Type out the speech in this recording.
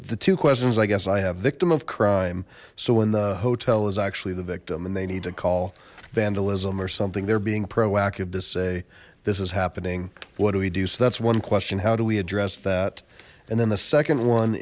the two questions i guess i have victim of crime so when the hotel is actually the victim and they need to call vandalism or something they're being proactive to say this is happening what do we do so that's one question how do we address that and then the second one